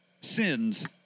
sins